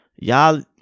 y'all